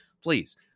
please